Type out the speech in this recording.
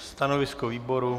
Stanovisko výboru?